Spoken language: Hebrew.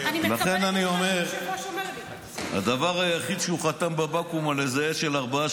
חברי הכנסת, רשות הדיבור של השר אמסלם